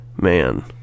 man